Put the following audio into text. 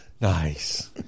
nice